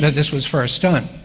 this was first done.